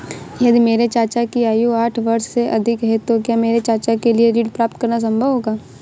यदि मेरे चाचा की आयु साठ वर्ष से अधिक है तो क्या मेरे चाचा के लिए ऋण प्राप्त करना संभव होगा?